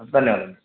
ಧನ್ಯವಾದ